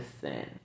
sin